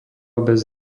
bez